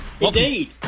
indeed